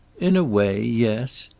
in a way, yes.